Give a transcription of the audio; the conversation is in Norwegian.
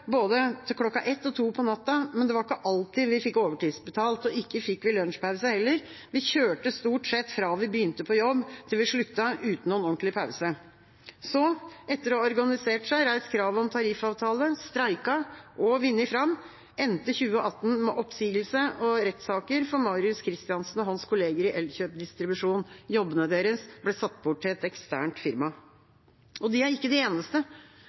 til både klokka ett og to på natten, men det var ikke alltid vi fikk overtidsbetalt. Ikke fikk vi lunsjpause heller. Vi kjørte stort sett fra vi begynte på jobb til vi sluttet uten noen ordentlig pause.» Så – etter å ha organisert seg, reist krav om tariffavtale, streiket og vunnet fram, endte 2018 med oppsigelse og rettssaker for Marius Kristiansen og hans kollegaer i Elkjøp Distribusjon. Jobbene deres ble satt bort til et eksternt firma. Og de er ikke de eneste.